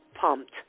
pumped